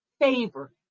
favor